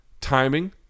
timing